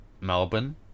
Melbourne